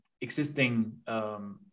existing